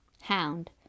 Hound